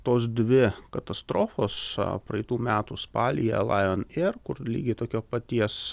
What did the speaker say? tos dvi katastrofos praeitų metų spalį lajon eir kur lygiai tokio paties